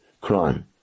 crime